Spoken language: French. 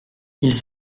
ils